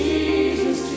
Jesus